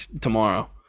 tomorrow